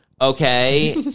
okay